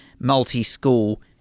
multi-school